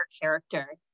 character